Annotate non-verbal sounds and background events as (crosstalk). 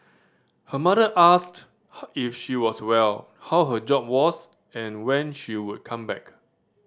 her mother asked (unintelligible) if she was well how her job was and when she would come back